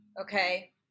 okay